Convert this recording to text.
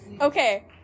Okay